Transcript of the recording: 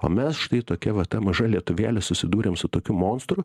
o mes štai tokia va ta maža lietuvėlė susidūrėm su tokiu monstru